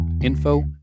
info